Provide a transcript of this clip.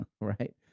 right